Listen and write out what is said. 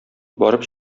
барып